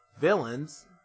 villains